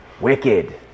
Wicked